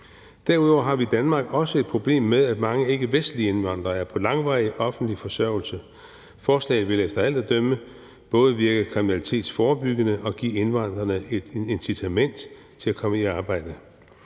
Derudover har vi i Danmark også et problem med, at mange ikkevestlige indvandrere er på langvarig offentlig forsørgelse. Forslaget vil efter alt at dømme både virke kriminalitetsforebyggende og give indvandrerne et incitament til at komme i arbejde.